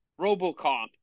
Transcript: Robocop